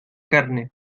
carne